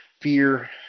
fear